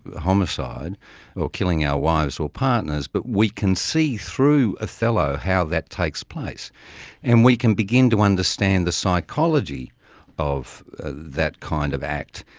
homicide or killing our wives or partners, but we can see through othello how that takes place and we can begin to understand the psychology of that kind of act.